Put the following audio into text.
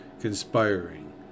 conspiring